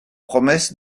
promesse